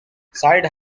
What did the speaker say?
side